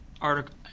article